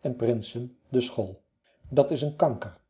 en prinsen de school dat is een kanker